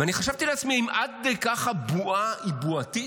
ואני חשבתי לעצמי אם עד כדי כך הבועה היא בועתית?